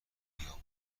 بیاموزند